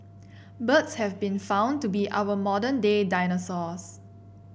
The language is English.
birds have been found to be our modern day dinosaurs